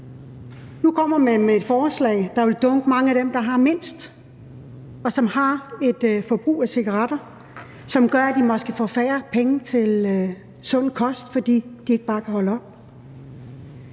Nu kommer man med et forslag, der vil dunke mange af dem, der har mindst, og som har et forbrug af cigaretter, i hovedet, så de måske får færre penge til sund kost, fordi de ikke bare kan holde op.